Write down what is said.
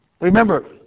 Remember